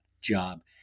job